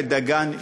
בבית-דגן,